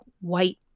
white